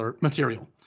material